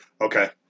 Okay